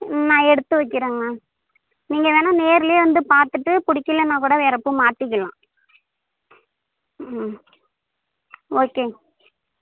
நான் எடுத்து வைக்கிறேங்க நீங்கள் வேணால் நேர்லையே வந்து பார்த்துட்டு பிடிக்கலன்னா கூட வேறு பூ மாற்றிக்கிலாம் ம் ஓகேங்க